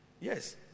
Yes